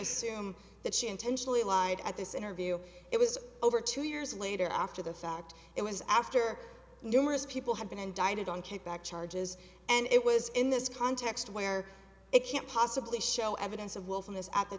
assume that she intentionally lied at this interview it was over two years later after the fact it was after numerous people had been indicted on kickback charges and it was in this context where it can't possibly show evidence of w